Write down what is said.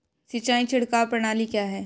सिंचाई छिड़काव प्रणाली क्या है?